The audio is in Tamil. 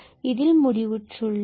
இதில் முடிவுற்று உள்ளோம்